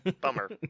Bummer